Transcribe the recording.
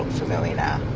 familiar now,